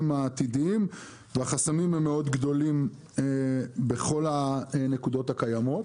העתידיים והחסמים הם מאוד גדולים בכל הנקודות הקיימות.